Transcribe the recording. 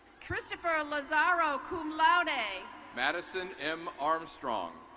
christopher lazaro kum louda, madison m armstrong.